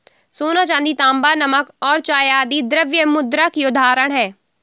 सोना, चांदी, तांबा, नमक और चाय आदि द्रव्य मुद्रा की उदाहरण हैं